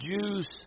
juice